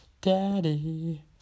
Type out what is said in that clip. daddy